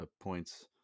points